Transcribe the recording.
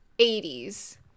80s